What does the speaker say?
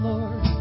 Lord